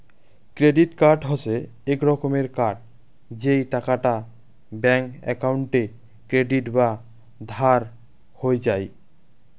credit card হসে এক রকমের কার্ড যেই টাকাটা ব্যাঙ্ক একাউন্টে ক্রেডিট বা ধার হই যাই